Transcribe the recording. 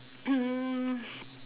mm